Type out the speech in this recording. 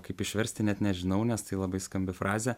kaip išversti net nežinau nes tai labai skambi frazė